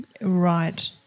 Right